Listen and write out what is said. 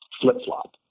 flip-flop